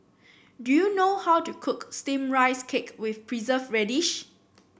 do you know how to cook steamed Rice Cake with preserve radish